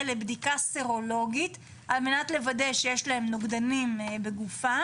לבדיקה סרולוגית על מנת לוודא שיש להם נוגדנים ואז